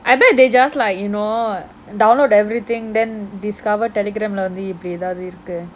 I bet they just like you know download everything then discover Telegram ல வந்து இப்படி ஏதாவது இருக்கு:le vanthu ippadi yethaavathu irukku